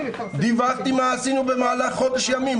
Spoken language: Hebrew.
דיווחתי מה עשינו במהלך חודש ימים,